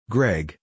Greg